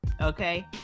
okay